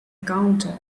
counter